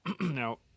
Now